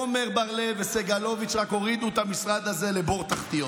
עמר בר לב וסגלוביץ' רק הורידו את המשרד הזה לבור תחתיות.